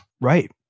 Right